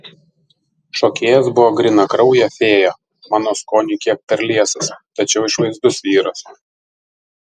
šokėjas buvo grynakraujė fėja mano skoniui kiek per liesas tačiau išvaizdus vyras